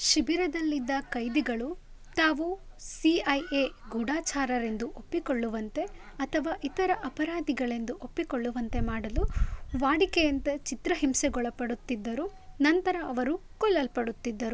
ಶಿಬಿರದಲ್ಲಿದ್ದ ಕೈದಿಗಳು ತಾವು C I A ಗೂಢಚಾರರೆಂದು ಒಪ್ಪಿಕೊಳ್ಳುವಂತೆ ಅಥವಾ ಇತರ ಅಪರಾಧಿಗಳೆಂದು ಒಪ್ಪಿಕೊಳ್ಳುವಂತೆ ಮಾಡಲು ವಾಡಿಕೆಯಂತೆ ಚಿತ್ರಹಿಂಸೆಗೊಳಪಡುತ್ತಿದ್ದರು ನಂತರ ಅವರು ಕೊಲ್ಲಲ್ಪಡುತ್ತಿದ್ದರು